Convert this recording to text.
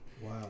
Wow